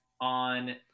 on